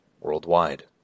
worldwide